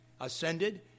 ascended